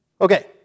Okay